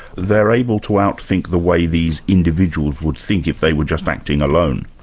they're able to out-think the way these individuals would think if they were just acting alone.